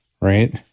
Right